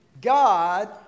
God